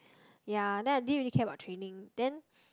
ya then I didn't really care about training then